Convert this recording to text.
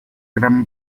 gran